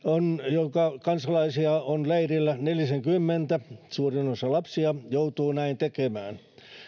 jonka kansalaisia on leirillä nelisenkymmentä suurin osa lapsia joutuu näin tekemään